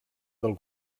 del